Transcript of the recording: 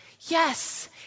Yes